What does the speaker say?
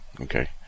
okay